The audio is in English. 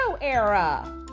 era